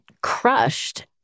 crushed